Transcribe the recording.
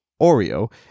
Oreo